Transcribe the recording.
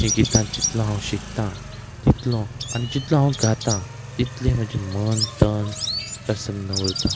हीं गीतां जितलो हांव शिकतां तितलो आनी जितलो हांव गायतां तितलें म्हजें मन तन प्रसन्न उरता